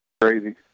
Crazy